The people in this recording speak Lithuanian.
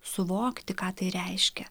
suvokti ką tai reiškia